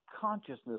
consciousness